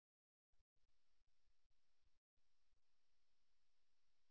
ஒரு நபர் நிற்கும்போது இந்த பொறுமையின்மையைக் குறிக்க ஒரு பாதத்தை மீண்டும் மீண்டும் தட்டலாம்